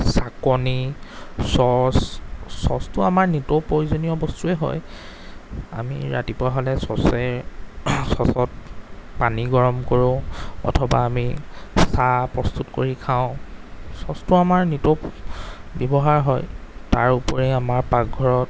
চাকনি চ'চ চ'চটো আমাৰ নিতৌ প্ৰয়োজনীয় বস্তুৱেই হয় আমি ৰাতিপুৱা হ'লে চ'চে চ'চত পানী গৰম কৰোঁ অথবা আমি চাহ প্ৰস্তুত কৰি খাওঁ চ'চটো আমাৰ নিতৌ ব্যৱহাৰ হয় তাৰ উপৰি আমাৰ পাকঘৰত